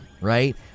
right